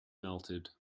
melted